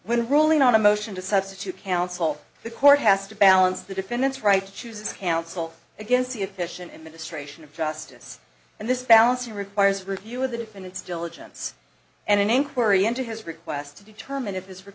when ruling on a motion to substitute counsel the court has to balance the defendant's right to choose counsel against the efficient administration of justice and this balancing requires review of the defendant's diligence and an inquiry into his request to determine if